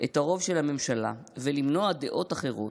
את הרוב של הממשלה ולמנוע דעות אחרות,